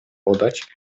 podać